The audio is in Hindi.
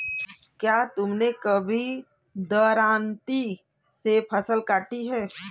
क्या तुमने कभी दरांती से फसल काटी है?